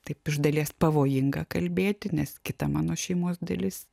taip iš dalies pavojinga kalbėti nes kita mano šeimos dalis